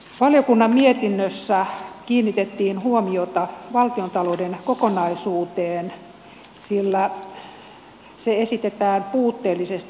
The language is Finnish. valiokunnan mietinnössä kiinnitettiin huomiota valtiontalouden kokonaisuuteen sillä se esitetään puutteellisesti